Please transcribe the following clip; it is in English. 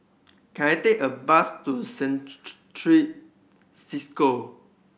can I take a bus to Cisco